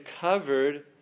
covered